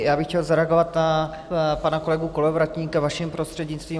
Já bych chtěl zareagovat na pana kolegu Kolovratníka, vaším prostřednictvím.